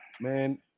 man